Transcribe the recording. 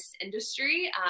industry